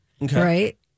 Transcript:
right